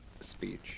speech